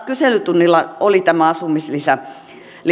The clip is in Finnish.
kyselytunnilla oli tämä asumislisä